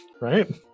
right